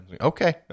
Okay